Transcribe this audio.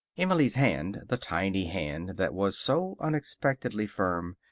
emily's hand, the tiny hand that was so unexpectedly firm,